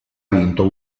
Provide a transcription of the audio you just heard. vinto